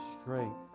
strength